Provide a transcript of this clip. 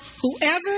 whoever